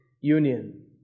union